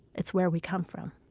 it's where we come from